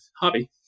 hobby